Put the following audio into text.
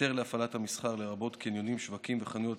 היתר להפעלת המסחר לרבות קניונים, שווקים וחנויות